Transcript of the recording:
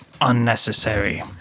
unnecessary